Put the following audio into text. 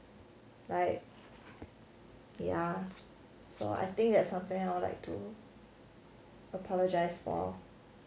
like ya so I think that's something I would like to apologise for